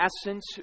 essence